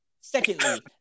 Secondly